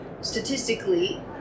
Statistically